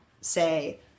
say